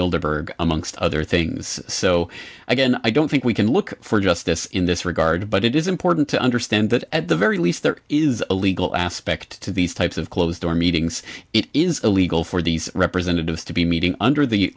builder amongst other things so again i don't think we can look for justice in this regard but it is important to understand that at the very least there is a legal aspect to these types of closed door meetings it is illegal for these representatives to be meeting under the